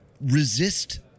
resist